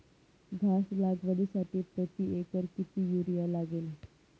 घास लागवडीसाठी प्रति एकर किती युरिया लागेल?